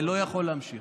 זה לא יכול להימשך.